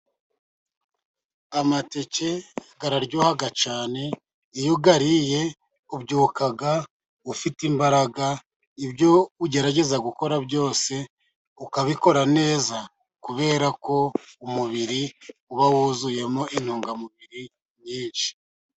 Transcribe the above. Amateke araryoha cyane, iyo uyariye ubyuka ufite imbaraga, ibyo ugerageza gukora byose ukabikora neza ,kubera ko umubiri uba wuzuyemo intungamubiri nyinshi.